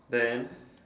then